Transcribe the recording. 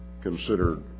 considered